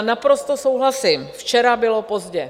Naprosto souhlasím, včera bylo pozdě.